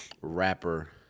rapper